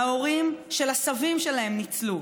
ההורים של הסבים שלהם ניצלו.